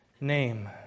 name